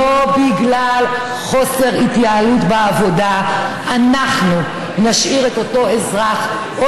לא בגלל חוסר התייעלות בעבודה אנחנו נשאיר את אותו אזרח או